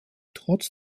trotz